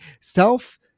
self